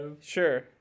Sure